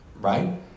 right